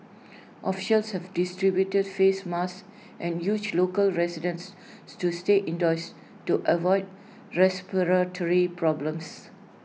officials have distributed face masks and urged local residents to stay indoors to avoid respiratory problems